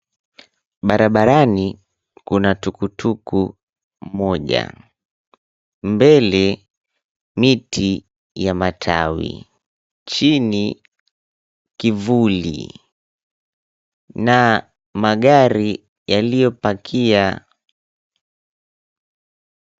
Barabarani kuna tukituku moja mbele miti ya matawi chini kivuli, na magari yaliyopakia.